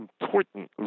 important